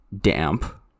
damp